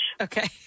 Okay